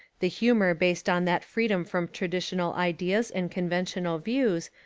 the humour based on that freedom from traditional ideas and conven tional views,